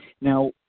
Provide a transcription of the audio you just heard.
now